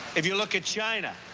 if you look at china,